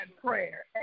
prayer